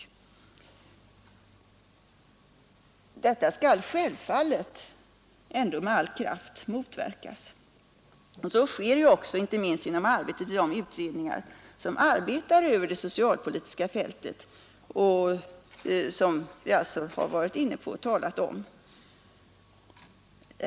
Missbruket av sociallagstiftningen skall självfallet ändå med all kraft motverkas, och så sker också, inte minst genom de utredningar som arbetar över det socialpolitiska fältet och som vi redan har varit inne och talat om.